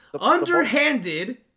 underhanded